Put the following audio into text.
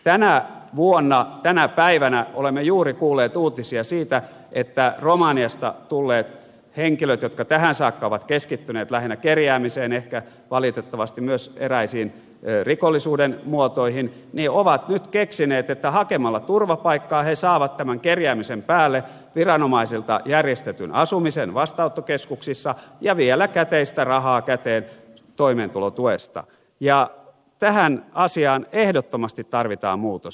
tänä vuonna tänä päivänä olemme juuri kuulleet uutisia siitä että romaniasta tulleet henkilöt jotka tähän saakka ovat keskittyneet lähinnä kerjäämiseen ehkä valitettavasti myös eräisiin rikollisuuden muotoihin ovat nyt keksineet että hakemalla turvapaikkaa he saavat tämän kerjäämisen päälle viranomaisilta järjestetyn asumisen vastaanottokeskuksissa ja vielä käteistä rahaa käteen toimeentulotuesta ja tähän asiaan ehdottomasti tarvitaan muutos